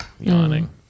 yawning